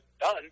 done